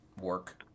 work